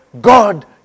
God